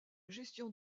gestion